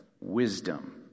wisdom